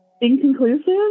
inconclusive